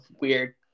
weird